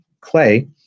clay